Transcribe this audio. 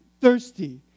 thirsty